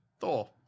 Thor